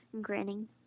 grinning